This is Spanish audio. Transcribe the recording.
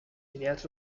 ideas